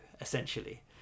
essentially